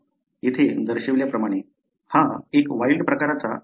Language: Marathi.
येथे दर्शविल्याप्रमाणे हा एक वाइल्ड प्रकारचा एलील आहे